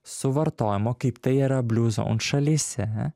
suvartojimo kaip tai yra bliuzoun šalyse